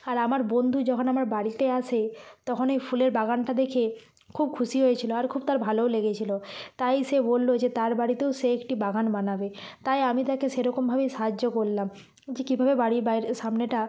আর আমার বন্ধু যখন আমার বাড়িতে আসে তখন এই ফুলের বাগানটা দেখে খুব খুশি হয়েছিল আর খুব তার ভালোও লেগেছিল তাই সে বলল যে তার বাড়িতেও সে একটি বাগান বানাবে তাই আমি তাকে সেরকমভাবেই সাহায্য করলাম যে কীভাবে বাড়ির বাইরে সামনেটা